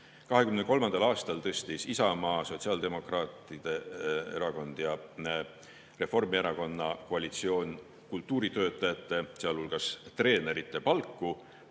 aastal tõstis Isamaa, Sotsiaaldemokraatliku Erakonna ja Reformierakonna koalitsioon kultuuritöötajate, sealhulgas treenerite palku.